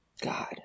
God